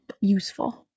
useful